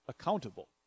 accountable